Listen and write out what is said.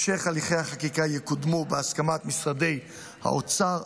הליכי החקיקה יקודמו בהמשך בהסכמת משרדי האוצר,